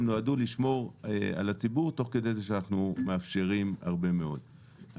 הם נועדו לשמור על הציבור תוך כדי זה שאנחנו מאפשרים הרבה מאוד.